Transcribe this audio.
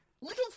Little